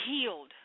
healed